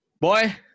boy